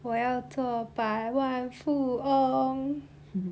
我要做百万富翁